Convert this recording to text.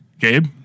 Gabe